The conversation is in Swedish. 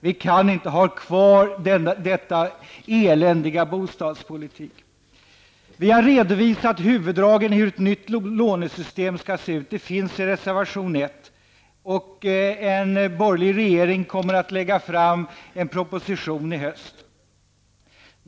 Vi kan inte ha kvar den nuvarande eländiga bostadspolitiken. Vi har redovisat huvuddragen i hur ett nytt lånesystem skall se ut. Det finns i reservation 1. En borgerlig regering kommer att lägga fram en proposition i höst.